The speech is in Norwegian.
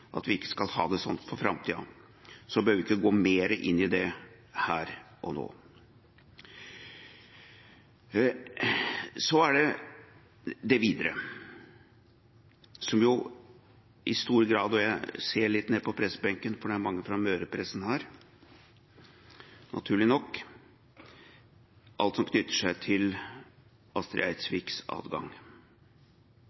at vi ikke skal ha det sånn for framtida. Så behøver vi ikke å gå mer inn i det her og nå. Så er det det videre, som jo i stor grad – og jeg ser litt ned på pressebenken, for det er mange fra Møre-pressen her, naturlig nok – knytter seg til Astrid Eidsviks